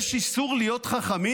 יש איסור להיות חכמים?